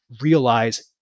realize